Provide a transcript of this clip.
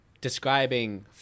describing